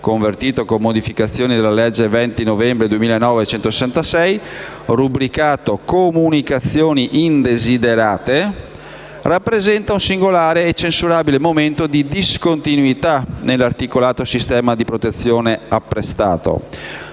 convertito con modificazioni dalla legge 20 novembre 2009, n. 166, rubricato «comunicazioni indesiderate», rappresenta un singolare e censurabile momento di discontinuità nell'articolato sistema di protezione apprestato.